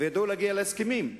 וידעו להגיע להסכמים.